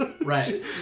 Right